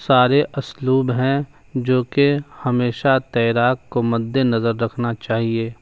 سارے اسلوب ہیں جو کہ ہمیشہ تیراک کو مد نظر رکھنا چاہیے